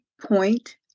point